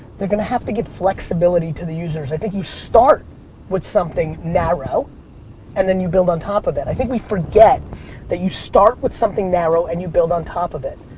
they're gonna have to give flexibility to the users. i think you start with something narrow and then you build on top of it. i think we forget that you start with something narrow and you build on top of it.